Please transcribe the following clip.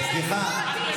גם להגיד אמת אפשר.